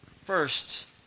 first